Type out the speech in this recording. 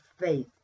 faith